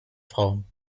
frauen